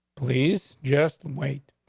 please, just wait.